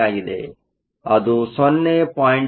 ಅದು 0